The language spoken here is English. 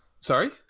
sorry